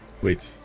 Wait